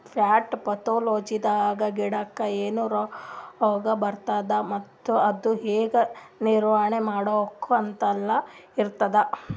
plant ಪ್ಯಾಥೊಲಜಿದಾಗ ಗಿಡಕ್ಕ್ ಏನ್ ರೋಗ್ ಹತ್ಯಾದ ಮತ್ತ್ ಅದು ಹೆಂಗ್ ನಿವಾರಣೆ ಮಾಡ್ಬೇಕ್ ಅಂತೆಲ್ಲಾ ಇರ್ತದ್